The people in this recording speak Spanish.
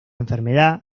enfermedad